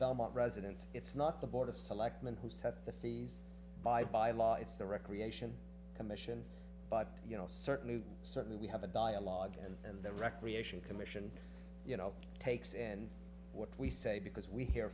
residents it's not the board of selectmen who set the fees by by law it's the recreation commission but you know certainly certainly we have a dialogue and the recreation commission you know takes and what we say because we hear